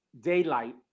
daylight